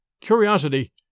curiosity